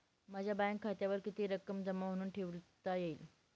माझ्या बँक खात्यावर किती रक्कम जमा म्हणून ठेवता येईल?